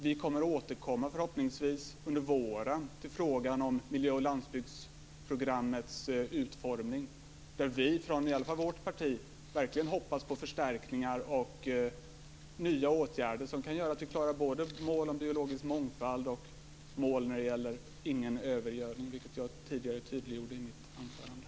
Vi återkommer förhoppningsvis under våren till frågan om miljö och landsbygdsprogrammets utformning, där vi från vårt parti verkligen hoppas på förstärkningar och nya åtgärder, som kan göra att vi klarar både mål om biologisk mångfald och mål när det gäller ingen övergödning. Det tydliggjorde jag tidigare i mitt anförande.